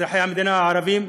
אזרחי המדינה הערבים,